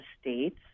states